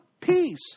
peace